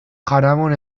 jaramon